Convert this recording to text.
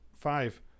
Five